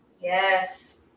Yes